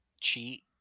cheat